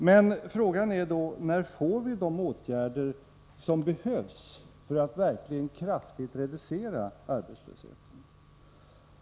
Men frågan är då: När får vi de åtgärder som behövs för att verkligen kraftigt reducera arbetslösheten?